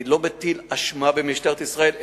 אני לא מטיל אשמה במשטרת ישראל,